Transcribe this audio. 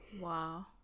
Wow